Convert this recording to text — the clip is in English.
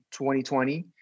2020